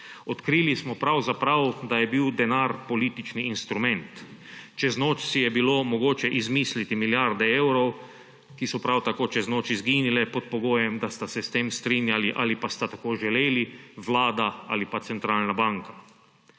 Odkrili smo pravzaprav, da je bil denar politični instrument, čez noč si je bilo mogoče izmisliti milijarde evrov, ki so prav tako čez noč izginile pod pogojem, da sta se s tem strinjali ali pa sta tako želeli vlada ali pa centralna banka.